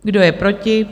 Kdo je proti?